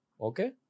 Okay